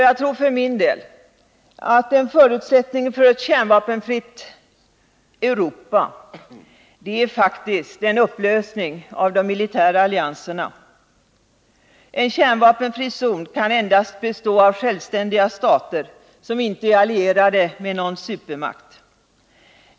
Jag tror att en förutsättning för ett kärnvapenfritt Europa faktiskt är en upplösning av de militära allianserna. En kärnvapenfri zon kan endast bestå av självständiga stater, som inte är allierade med någon supermakt.